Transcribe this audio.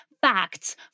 facts